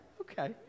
okay